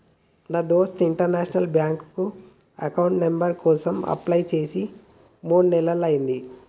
నా దోస్త్ international bank account number కోసం అప్లై చేసి మూడు నెలలయ్యింది